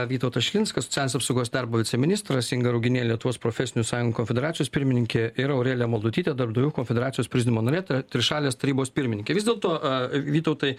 vytautas šilinskas socialinės apsaugos ir darbo viceministras inga ruginie lietuvos profesinių sąjungų konfederacijos pirmininkė ir aurelija maldutytė darbdavių konfederacijos prezidiumo narė ta trišalės tarybos pirmininkė vis dėlto vytautai